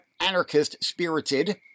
anarchist-spirited